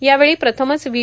यावेळी प्रथमच व्ही